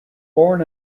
born